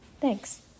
Thanks